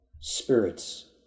spirits